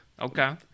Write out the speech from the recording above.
Okay